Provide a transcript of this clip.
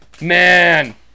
Man